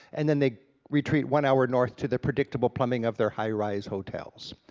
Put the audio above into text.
and then they retreat one hour north to the predictable plumbing of their high-rise hotels.